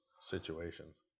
situations